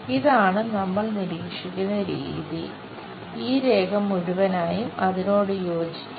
ഇതാണ് നമ്മൾ നിരീക്ഷിക്കുന്ന രീതി ഈ രേഖ മുഴുവനായും അതിനോട് യോജിക്കും